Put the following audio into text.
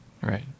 right